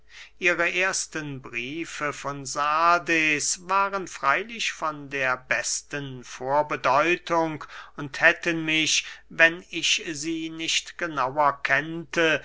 ihre ersten briefe von sardes waren freylich von der besten vorbedeutung und hätten mich wenn ich sie nicht genauer kennte